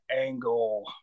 Angle